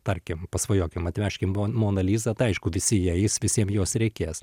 tarkim pasvajokim atvežkim mo moną lizą tai aišku visi eis visiem jos reikės